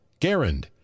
Garand